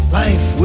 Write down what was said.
life